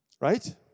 Right